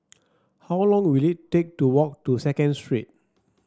how long will it take to walk to Second Street